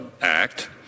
act